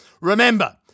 Remember